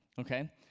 okay